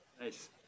nice